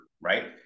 right